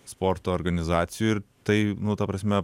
sporto organizacijų ir tai nu ta prasme